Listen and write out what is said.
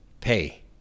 pay